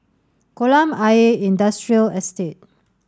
Kolam Ayer Industrial Estate